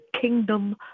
kingdom